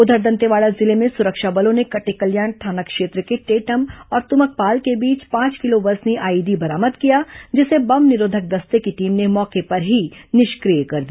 उधर दंतेवाड़ा जिले में सुरक्षा बलों ने कटेकल्याण थाना क्षेत्र के टेटम और तुमकपाल के बीच पांच किलो वजनी आईईडी बरामद किया जिसे बम निरोधक दस्ते की टीम ने मौके पर ही निष्क्रिय कर दिया